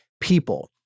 people